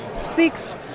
speaks